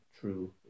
true